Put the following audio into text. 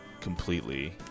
completely